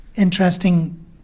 interesting